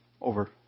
over